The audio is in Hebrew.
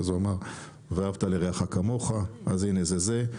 אז הוא אמר: ואהבת לרעך כמוך, אז הנה, זה זה.